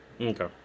Okay